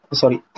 sorry